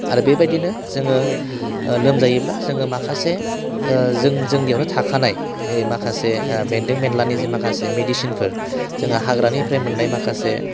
आरो बेबायदिनो जोङो लोमजायोब्ला जोङो माखासे जों जोंनियावनो थाखानाय माखासे बेन्दों बेनलानि जि माखासे मेडिसिनफोर जोङो हाग्रानिफ्राय मोननाय माखासे